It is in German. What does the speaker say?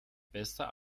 besser